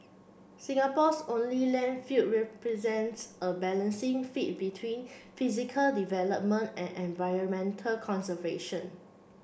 Singapore's only landfill represents a balancing feat between physical development and environmental conservation